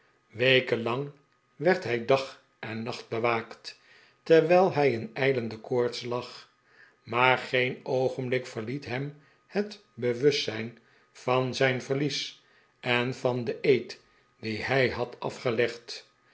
lang werd hij dag en nacht bewaakt terwijl hij in ijlende koorts lag maar geen oogenblik verliet hem het bewustzijn van zijn verlies en van den eed dien hij had afgelegd